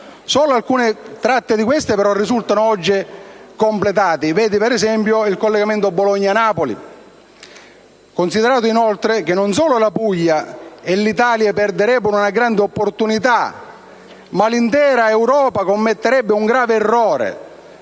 solo alcune di queste tratte risultano ad oggi completate (per esempio il collegamento Bologna-Napoli). Va inoltre considerato che non solo la Puglia e l'Italia perderebbero una grande opportunità, ma l'intera Europa commetterebbe un grave errore.